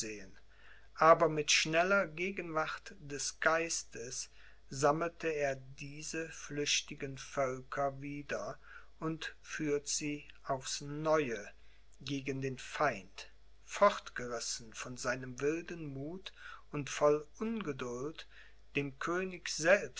aber mit schneller gegenwart des geistes sammelt er diese flüchtigen völker wieder und führt sie aufs neue gegen den feind fortgerissen von seinem wilden muth und voll ungeduld dem